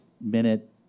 minute